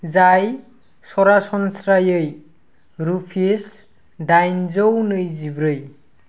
जाय सरासनस्रायै रुपिस दाइनजौ नैजिब्रै